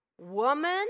Woman